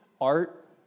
art